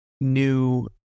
new